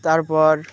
তারপর